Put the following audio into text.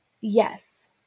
Yes